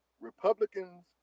Republicans